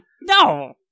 No